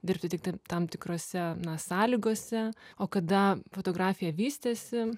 dirbti tiktai tam tikrose na sąlygose o kada fotografija vystėsi